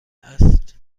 است